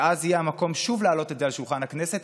ואז יהיה מקום שוב להעלות את זה על שולחן הכנסת.